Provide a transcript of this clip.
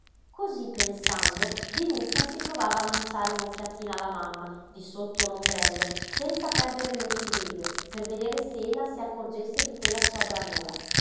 cosí pensando dinuccia si provava a lanciare un'occhiatina alla mamma di sotto l'ombrello senza perdere l'equilibrio per vedere se ella si accorgesse di quella sua bravura